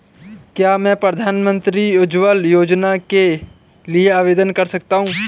क्या मैं प्रधानमंत्री उज्ज्वला योजना के लिए आवेदन कर सकता हूँ?